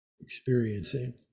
experiencing